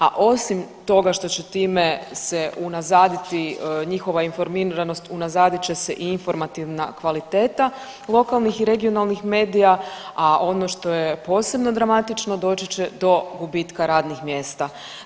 A osim toga što će time se unazaditi njihova informiranost unazadit će se i informativna kvaliteta lokalnih i regionalnih medija, a ono što je posebno dramatično doći će do gubitka radnih mjesta.